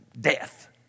Death